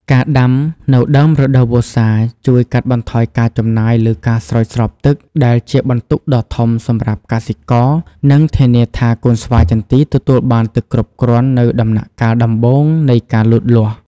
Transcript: ការដាំនៅដើមរដូវវស្សាជួយ កាត់បន្ថយការចំណាយលើការស្រោចស្រពទឹក ដែលជាបន្ទុកដ៏ធំសម្រាប់កសិករ និងធានាថាកូនស្វាយចន្ទីទទួលបានទឹកគ្រប់គ្រាន់នៅដំណាក់កាលដំបូងនៃការលូតលាស់។